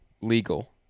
legal